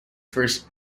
first